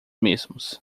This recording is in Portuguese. mesmos